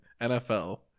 NFL